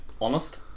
Honest